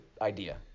idea